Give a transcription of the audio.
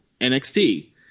NXT